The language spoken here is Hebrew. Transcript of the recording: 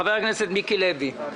חבר הכנסת מיקי לוי.